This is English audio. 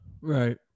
Right